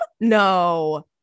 No